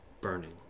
burning